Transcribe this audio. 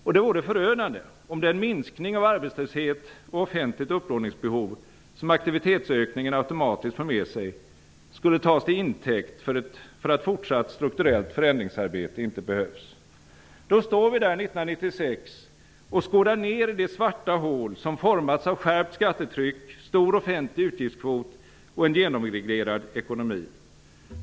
Och det vore förödande om den minskning av arbetslöshet och offentligt upplåningsbehov som aktivitetsökningen automatiskt för med sig skulle tas till intäkt för att fortsatt strukturellt förändringsarbete inte behövs. Då står vi där 1996 och skådar ner i det svarta hål som formats av skärpt skattetryck, stor offentlig utgiftskvot och en genomreglerad ekonomi.